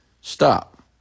stop